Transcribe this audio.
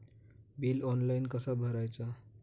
Bill online कसा भरायचा?